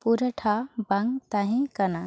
ᱯᱩᱨᱴᱷᱟᱹ ᱵᱟᱝ ᱛᱟᱦᱮᱸ ᱠᱟᱱᱟ